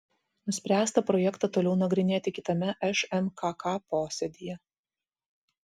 nuspręsta projektą toliau nagrinėti kitame šmkk posėdyje